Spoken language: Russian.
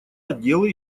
отделы